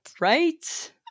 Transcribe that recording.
Right